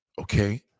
Okay